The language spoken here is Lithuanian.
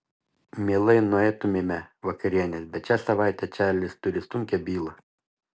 mielai nueitumėme vakarienės bet šią savaitę čarlis turi sunkią bylą